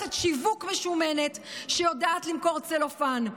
במערכת שיווק משומנת שיודעת למכור צלופן.